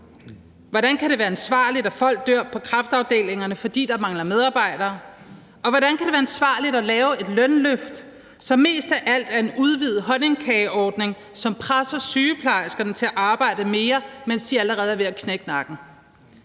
Hvordan kan det være ansvarligt, at folk dør på kræftafdelingerne, fordi der mangler medarbejdere? Og hvordan kan det være ansvarligt at lave et lønløft, som mest af alt er en udvidet honningkageordning, som presser sygeplejerskerne til at arbejde mere, mens de allerede er ved at knække nakken?